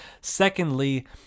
Secondly